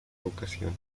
vocación